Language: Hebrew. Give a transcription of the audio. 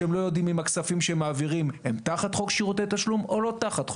כשהם לא יודעים האם הכספים שהם מעבירים הם תחת חוק שירותי תשלום או לא.